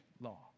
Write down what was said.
law